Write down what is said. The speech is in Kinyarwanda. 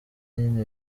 nyine